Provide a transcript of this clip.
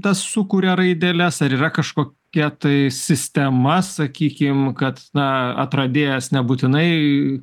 tas sukuria raideles ar yra kažkokia tai sistema sakykim kad na atradėjas nebūtinai